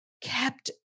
kept